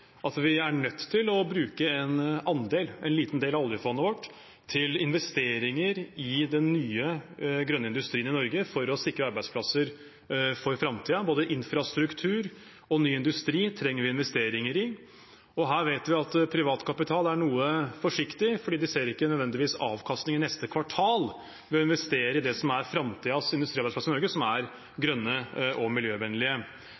at vi er nødt til å bruke en andel – en liten del – av oljefondet vårt til investeringer i den nye grønne industrien i Norge for å sikre arbeidsplasser for framtiden. Både infrastruktur og ny industri trenger vi investeringer i, og her vet vi at privat kapital er noe forsiktig, for de ser ikke nødvendigvis avkastning i neste kvartal ved å investere i det som er framtidens industriarbeidsplasser i Norge, som er